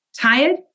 tired